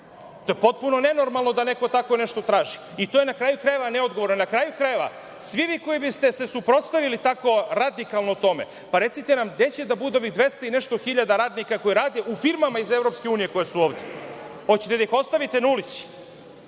To je potpuno nenormalno da neko tako nešto traži. I to je na kraju krajeva neodgovorno. Na kraju krajeva, svi vi koji biste se suprotstavili tako radikalno tome, recite nam gde će da bude ovih 200 i nešto hiljada radnika koji rade u firmama iz EU, koje su ovde? Hoćete li da ih ostavite na ulici?